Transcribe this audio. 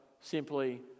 simply